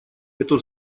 эту